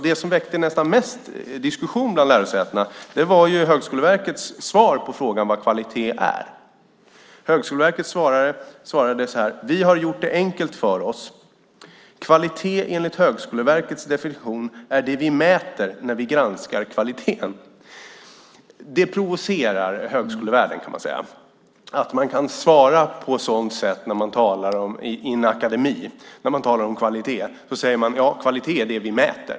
Det som väckte nästan mest diskussion bland lärosätena under utfrågningen var Högskoleverkets svar på frågan om vad kvalitet är. Högskoleverket svarade: "Vi har gjort det enkelt för oss. - Kvalitet enligt Högskoleverkets definition är det vi mäter när vi granskar kvaliteten." Det provocerar högskolevärlden att man kan svara på ett sådant sätt när man i en akademi talar om kvalitet och säga att kvalitet "är det vi mäter".